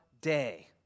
day